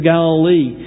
Galilee